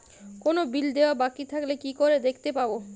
কোনো বিল দেওয়া বাকী থাকলে কি করে দেখতে পাবো?